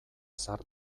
zahar